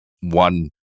One